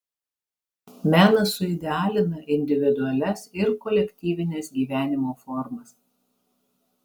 menas suidealina individualias ir kolektyvines gyvenimo formas